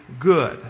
good